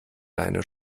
deine